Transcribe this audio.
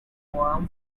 poem